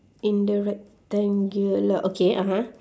in the rectangular okay (uh huh)